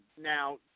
Now